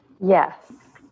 Yes